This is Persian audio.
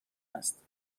است